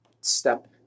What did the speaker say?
step